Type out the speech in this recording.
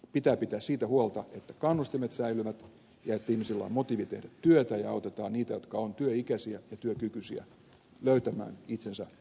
pitää pitää siitä huolta että kannustimet säilyvät ja että ihmisillä on motiivi tehdä työtä ja autetaan niitä jotka ovat työikäisiä ja työkykyisiä löytämään itsensä takaisin työelämään